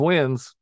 Wins